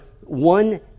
one